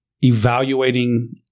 evaluating